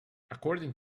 according